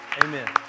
Amen